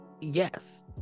yes